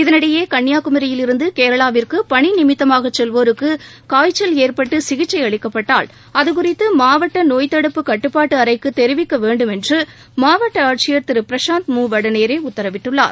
இதனிடையே கன்னியாகுமரியிலிருந்து கேரளாவிற்கு பணிநிமித்தமாக செல்வோருக்கு காய்ச்சல் ஏற்பட்டு சிகிச்சை அளிக்கப்பட்டால் அதுகுறித்து மாவட்ட நோய்த்தடுப்பு கட்டுப்பாட்டு அறைக்கு தெரிவிக்க வேண்டும் என்று மாவட்ட ஆட்சியர் திரு பிரசாந்த் மு வடநேரே உத்தரவிட்டுள்ளார்